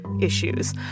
issues